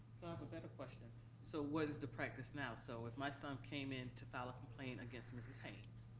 a better question so what is the practice now? so if my son came in to file a complaint against mrs. haynes,